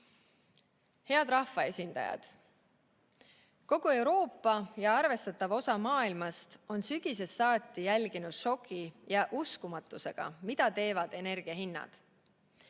Head rahvaesindajad! Kogu Euroopa ja arvestatav osa maailmast on sügisest saati jälginud šoki ja uskumatusega, mida teevad energiahinnad.